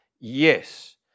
Yes